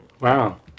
wow